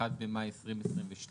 1 במאי 2022,